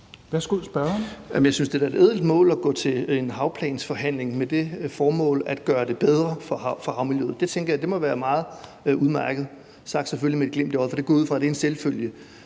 jeg synes da, det er et ædelt mål at gå til en havplansforhandling med det formål at gøre det bedre for havmiljøet. Det tænker jeg må være meget udmærket, selvfølgelig sagt med et glimt i øjet, for det går jeg ud fra er en selvfølge.